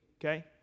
okay